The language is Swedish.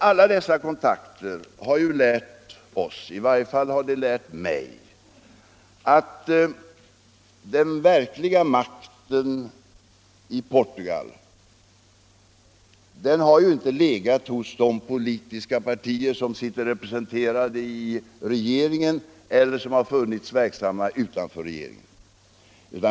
Alla dessa kontakter har lärt oss — i varje fall har de lärt mig — att den verkliga makten i Portugal inte har legat hos de politiska partier som är representerade i regeringen eller som har varit verksamma utanför regeringen.